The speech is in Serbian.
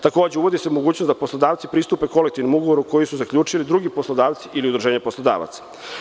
Takođe se uvodi mogućnost da poslodavci pristupe kolektivnog ugovoru koji su zaključili drugi poslodavci ili udruženja poslodavaca.